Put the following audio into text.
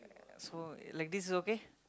so like this is okay